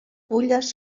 fulles